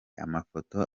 amafoto